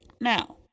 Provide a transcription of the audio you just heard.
Now